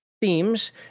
themes